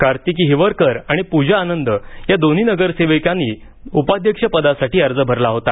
कार्तिकी हिवरकर आणि प्रजा आनंद या दोन्ही नगरसेविकांनी उपाध्यक्षपदासाठी अर्ज भरला होता